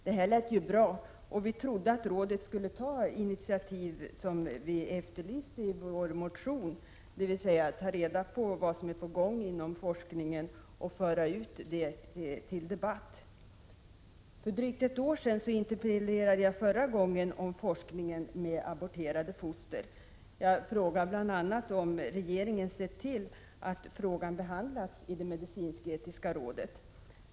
Det här lät ju bra, och vi trodde att rådet skulle ta de initiativ som vi efterlyste i vår motion, dvs. att ta reda på vad som är på gång inom forskningen och föra ut det till debatt. För drygt ett år sedan interpellerade jag om forskningen med aborterade foster. Jag frågade bl.a. om regeringen sett till att frågan behandlats i medicinsk-etiska rådet.